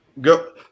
Go